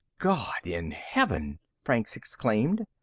god in heaven! franks exclaimed.